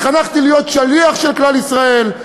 התחנכתי להיות שליח של כלל ישראל,